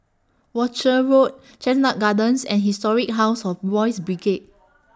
Rochor Road Chestnut Gardens and Historic House of Boys' Brigade